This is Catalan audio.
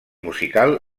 musical